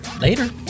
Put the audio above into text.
later